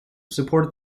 supported